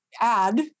add